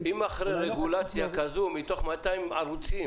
תשמע, אם אחרי רגולציה כזו, מתוך 200 ערוצים